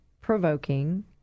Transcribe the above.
provoking